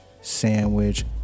sandwich